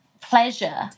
pleasure